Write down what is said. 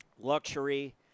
Luxury